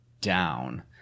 down